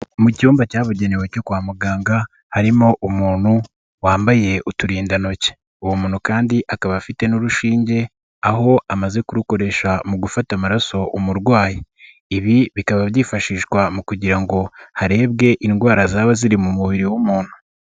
Mu cyumba cyabugenewe cyo kwa muganga harimo umuntu wambaye uturindantoki, uwo muntu kandi akaba afite n'urushinge aho amaze kurukoresha mu gufata amaraso umurwayi, ibi bikaba byifashishwa mu kugira ngo harebwe indwara zaba ziri mu mubiri w'umuntu.